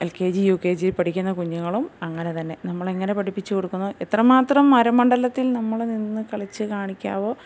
L K G U K G യിൽ പഠിക്കുന്ന കുഞ്ഞുങ്ങളും അങ്ങനെത്തന്നെ നമ്മൾ എങ്ങനെ പഠിപ്പിച്ച് കൊടുക്കുന്നോ എത്ര മാത്രം അരമണ്ഡലത്തിൽ നമ്മൾ നിന്ന് കളിച്ച് കാണിക്കാവോ